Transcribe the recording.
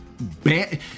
ban